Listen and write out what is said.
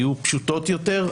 יהיו פשוטות יותר,